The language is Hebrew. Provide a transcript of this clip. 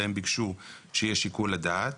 והם ביקשו שיהיה שיקול הדעת.